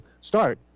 start